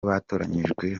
batoranyijwe